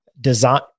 Design